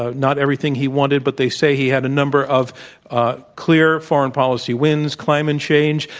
ah not everything he wanted, but they say he had a number of ah clear foreign policy wins, climate change.